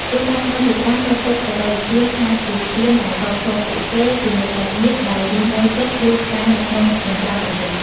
គ្រួសារខ្មែរជាច្រើនចាត់ទុកបច្ចេកវិទ្យាថាជាស្ពានដែលតភ្ជាប់ពួកគេជាមួយសាច់ញាតិដែលរស់នៅជិត ឬ ឆ្ងាយ នៅក្នុង និងក្រៅប្រទេស។